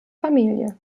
familie